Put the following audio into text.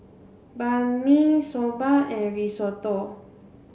Banh Mi Soba and Risotto